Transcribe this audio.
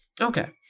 Okay